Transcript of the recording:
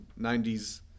90s